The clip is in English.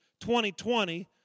2020